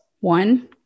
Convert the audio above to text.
one